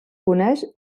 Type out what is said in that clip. coneix